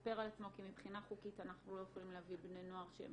שיספר על עצמו כי מבחינה חוקית אנחנו לא יכולים להביא בני נוער שהם